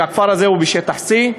והכפר הזה הוא בשטח C,